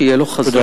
שיהיה לו חזון.